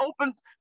opens